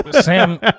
Sam